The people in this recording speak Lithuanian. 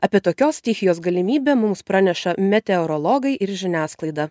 apie tokios stichijos galimybę mums praneša meteorologai ir žiniasklaida